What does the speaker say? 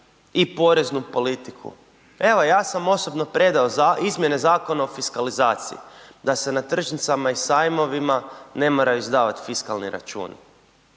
i poreznu politiku. Evo ja sam osobno predao izmjene Zakona o fiskalizaciji da se na tržnicama i sajmovima ne moraju izdavati fiskalni računi,